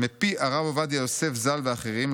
מפי הרב עובדיה יוסף, ז"ל, ואחרים.